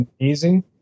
amazing